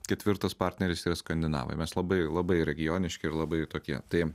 ketvirtas partneris yra skandinavai mes labai labai regioniški ir labai tokie tai